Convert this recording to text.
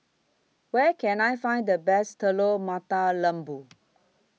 Where Can I Find The Best Telur Mata Lembu